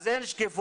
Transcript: אז אין שקיפות.